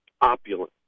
opulent